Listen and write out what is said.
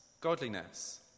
godliness